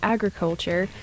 Agriculture